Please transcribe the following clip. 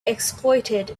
exploited